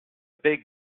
big